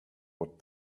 what